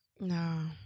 No